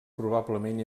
probablement